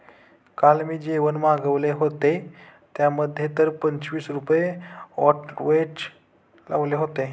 काल मी जे जेवण मागविले होते, त्यामध्ये तर पंचवीस रुपये व्हॅटचेच लावले होते